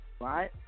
Right